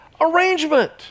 arrangement